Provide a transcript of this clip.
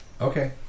Okay